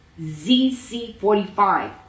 ZC45